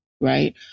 right